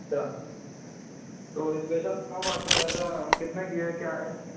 اچھا تو اسپیشل پاؤ بھاجی وغیرہ کتنے کی ہے کیا ہے